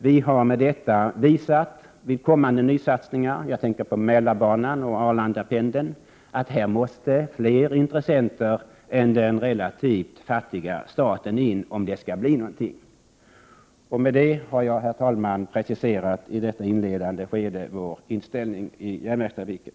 Vi har alltså velat visa att det i samband med kommande nysatsningar — jag tänker då på Mälarbanan och Arlandapendeln —- måste komma in fler intressenter än staten, som ju är ganska fattig, om det skall bli någonting. Med det anförda, herr talman, har jag i detta inledande skede av debatten presenterat moderaternas inställning till järnvägstrafiken.